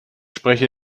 spreche